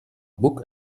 book